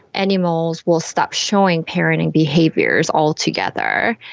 animals will stop showing parenting behaviours altogether.